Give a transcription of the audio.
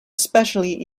especially